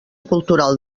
cultural